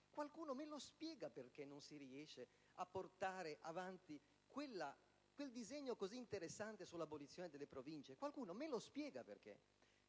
qualcuno mi spiega perché non si riesce a portare avanti quel disegno così interessante dell'abolizione delle Province? Signor Ministro, lei ha